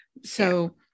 So-